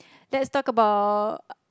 let's talk about